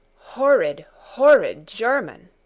horrid, horrid german!